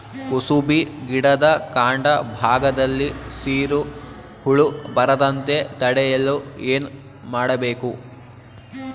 ಕುಸುಬಿ ಗಿಡದ ಕಾಂಡ ಭಾಗದಲ್ಲಿ ಸೀರು ಹುಳು ಬರದಂತೆ ತಡೆಯಲು ಏನ್ ಮಾಡಬೇಕು?